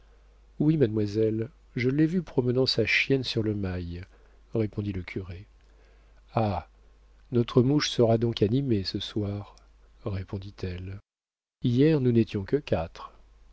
oui mademoiselle je l'ai vu promenant sa chienne sur le mail répondit le curé ah notre mouche sera donc animée ce soir répondit-elle hier nous n'étions que quatre